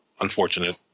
unfortunate